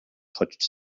touched